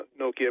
Nokia